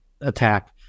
attack